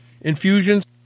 infusions